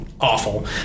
awful